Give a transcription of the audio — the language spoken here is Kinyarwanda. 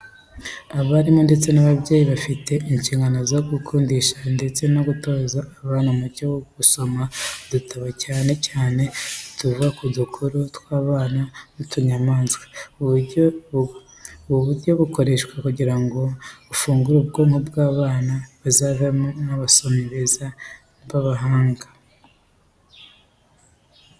Abarimu ndetse n'ababyeyi bafite inshingano zo gukundisha ndetse no gutoza abana umuco wo gusoma udutabo cyane cyane utuvuga ku dukuru tw'abana n'utunyamaswa. Ubu buryo bukoreshwa kugira ngo bufungure ubwonko bwabo kandi bazavemo n'abasomyi beza b'abahanga.